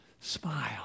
Smile